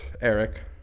Eric